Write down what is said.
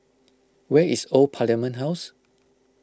where is Old Parliament House